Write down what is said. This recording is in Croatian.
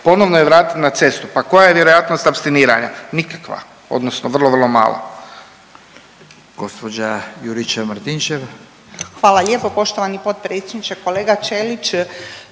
ponovno je vratiti na cestu, pa koja je vjerojatnost apstiniranja, nikakva odnosno vrlo, vrlo mala.